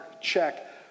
check